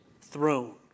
throne